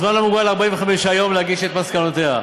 הזמן מוגבל ל-45 יום להגיש את מסקנותיה.